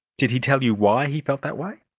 did he tell you why he felt that way?